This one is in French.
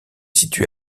situé